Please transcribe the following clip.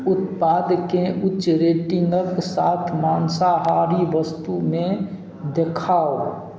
उत्पादकेँ उच्च रेटिन्गके साथ मान्साहारी वस्तुमे देखाउ